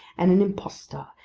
and an impostor,